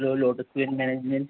hello lotus event management